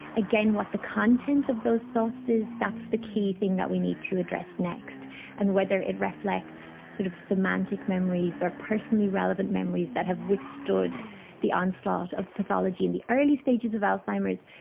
again, what the content of those thoughts is, that's the key thing that we need to address next and whether it reflects sort of semantic memories or personally relevant memories that have withstood the onslaught of pathology in the early stages of alzheimer's,